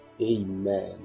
Amen